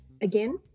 again